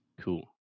Cool